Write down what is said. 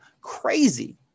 crazy